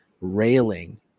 railing